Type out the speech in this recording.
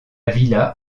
villa